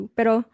Pero